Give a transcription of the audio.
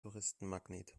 touristenmagnet